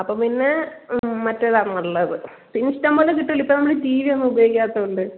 അപ്പം പിന്നെ മറ്റേതാണ് നല്ലത് പിന്നെ ഇഷ്ടം പോലെ കിട്ടുമല്ലോ ഇപ്പം നമ്മൾ ടി വിയൊന്നും ഉപയോഗിക്കാത്തതുകൊണ്ട്